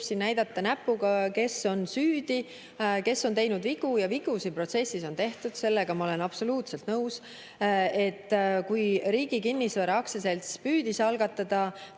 siin näidata näpuga, et kes on süüdi ja kes on teinud vigu. Vigu selles protsessis on tehtud – sellega ma olen absoluutselt nõus. Kui Riigi Kinnisvara Aktsiaselts püüdis algatada